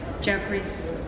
Jeffries